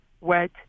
wet